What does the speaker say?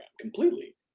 completely